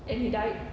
and he died